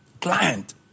Client